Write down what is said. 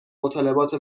مطالبات